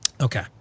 Okay